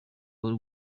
w’u